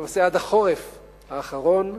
למעשה עד החורף האחרון,